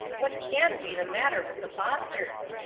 what can be the matter with the fosters?